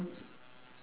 ah yes correct